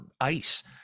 ice